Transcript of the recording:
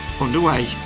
underway